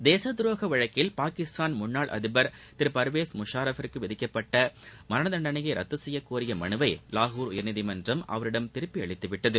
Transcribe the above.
தேசத் துரோக வழக்கில் பாகிஸ்தான் முன்னாள் அதிபர் பர்வேஸ் முஷாரப்பிற்கு விதிக்கப்பட்ட மரணத் தண்டனையை ரத்து செய்யக் கோரிய மனுவை வாகூர் உயர்நீதிமன்றம் அவரிடம் திருப்பி அளித்துவிட்டது